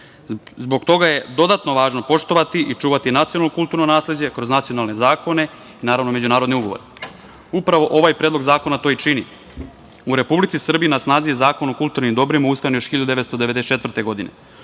Zbog toga je dodatno važno poštovati i čuvati nacionalno kulturno nasleđe kroz nacionalne zakone i naravno, međunarodne ugovore. Upravo, ovaj Predlog zakona to i čini. U Republici Srbiji na snazi je Zakon o kulturnim dobrima usvojen još 1994. godine.